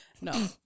No